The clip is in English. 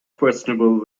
questionable